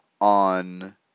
on